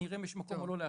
נראה אם יש מקום או לא לאחד.